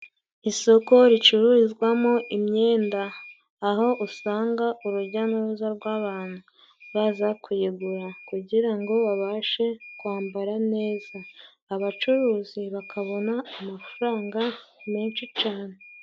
Isoko ricuruzwamo imyenda aho usanga urujya n'uruza rw'abantu baza kuyigura kugira ngo babashe kwambara neza, abacuruzi bakabona amafaranga menshi cane.